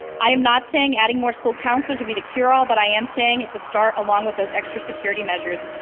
i am not saying adding more school counselors will be the cure-all but i am saying it's a start along with those extra security measures.